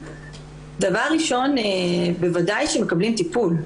דבר ראשון בוודאי שמקבלים טיפול.